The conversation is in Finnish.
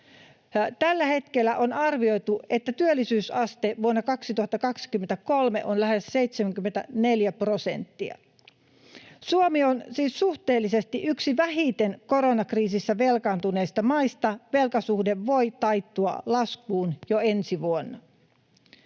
Tällä hetkellä on arvioitu, että työllisyysaste vuonna 2023 on lähes 74 prosenttia. Suomi on siis suhteellisesti yksi vähiten koronakriisissä velkaantuneista maista. Velkasuhde voi taittua laskuun jo ensi vuonna.